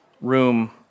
room